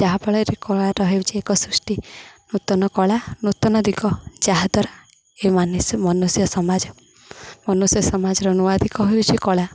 ଯାହାଫଳରେ କଳାର ହେଉଛି ଏକ ସୃଷ୍ଟି ନୂତନ କଳା ନୂତନ ଦିଗ ଯାହାଦ୍ୱାରା ଏ ମାନୁଷ ମନୁଷ୍ୟ ସମାଜ ମନୁଷ୍ୟ ସମାଜର ନୂଆ ଦିଗ ହେଉଛି କଳା